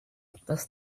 does